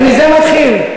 זהו, אני מזה מתחיל.